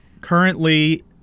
currently